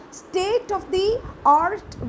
state-of-the-art